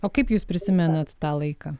o kaip jūs prisimenat tą laiką